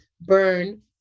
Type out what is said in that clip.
burn